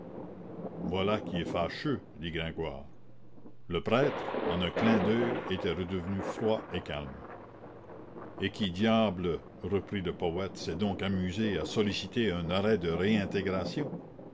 voilà qui est fâcheux dit gringoire le prêtre en un clin d'oeil était redevenu froid et calme et qui diable reprit le poète s'est donc amusé à solliciter un arrêt de réintégration